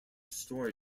story